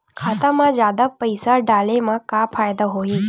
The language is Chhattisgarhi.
खाता मा जादा पईसा डाले मा का फ़ायदा होही?